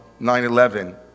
9-11